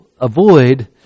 avoid